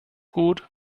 gut